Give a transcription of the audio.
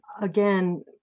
Again